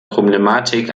problematik